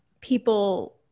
people